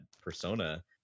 persona